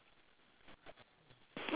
ya